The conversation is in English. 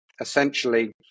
essentially